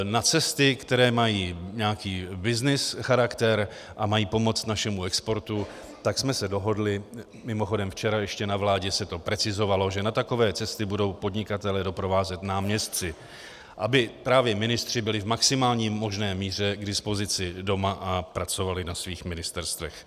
Na cesty, které mají nějaký byznys charakter a mají pomoct našemu exportu, tak jsme se dohodli mimochodem včera se ještě na vládě to precizovalo, že na takové cesty budou podnikatele doprovázet náměstci, aby právě ministři byli v maximální možné míře k dispozici doma a pracovali na svých ministerstvech.